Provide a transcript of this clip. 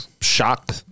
shock